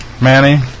Manny